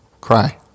Cry